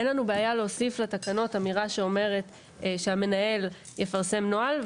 אין לנו בעיה להוסיף לתקנות אמירה שאומרת שהמנהל יפרסם נוהל,